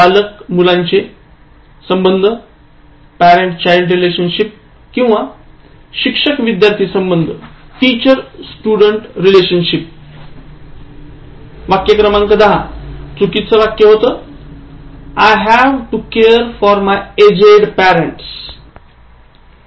पालक मुलाचे संबंध किंवा शिक्षक विद्यार्थी संबंध वाक्य क्रमांक १० चुकीचं वाक्य आहे I have to care for my aged parents